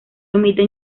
emiten